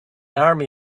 army